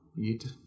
eat